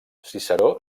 ciceró